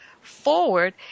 forward